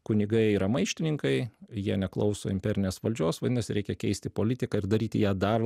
kunigai yra maištininkai jie neklauso imperinės valdžios vadinasi reikia keisti politiką ir daryti ją dar